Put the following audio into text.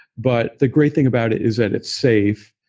but the great thing about it is that it's safe.